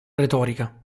retorica